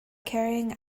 carrying